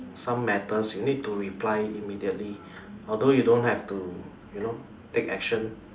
some matters you need to reply immediately although you don't have to you know take action